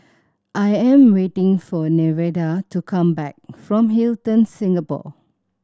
I am waiting for Nevada to come back from Hilton Singapore